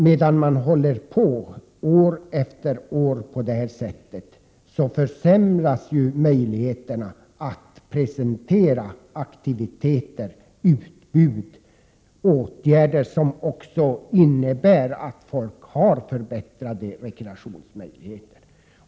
Medan man håller på år efter år på samma sätt, försämras möjligheterna att presentera aktiviteter, utbud och åtgärder som skulle kunna ge människor bättre rekreationsmöjligheter.